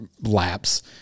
laps